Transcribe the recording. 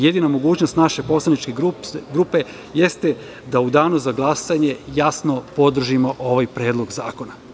Jedina mogućnost naše poslaničke grupe jeste da u Danu za glasanje jasno podržimo ovaj predlog zakona.